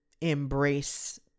embrace